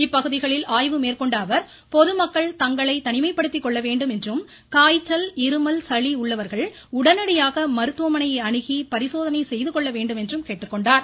இப்பகுதிகளில் ஆய்வு மேற்கொண்ட அவர் பொதுமக்கள் தங்களை தனிமைப்படுத்திக்கொள்ள வேண்டும் என்றும் காய்ச்சல் இருமல் சளி உள்ளவர்கள் உடனடியாக மருத்துவமனையை அணுகி பரிசோதனை செய்து கொள்ள வேண்டும் என்று கேட்டுக்கொண்டார்